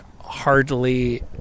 hardly